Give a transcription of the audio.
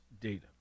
data